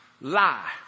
lie